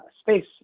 space